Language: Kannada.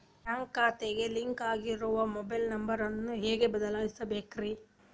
ಬ್ಯಾಂಕ್ ಖಾತೆಗೆ ಲಿಂಕ್ ಆಗಿರೋ ಮೊಬೈಲ್ ನಂಬರ್ ನ ಹೆಂಗ್ ಬದಲಿಸಬೇಕ್ರಿ?